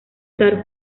stars